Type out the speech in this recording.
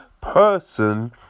Person